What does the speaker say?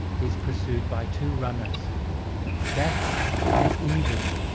he's pursued by two runners death and evil,